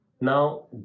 Now